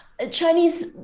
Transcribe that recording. Chinese